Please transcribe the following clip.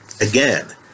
Again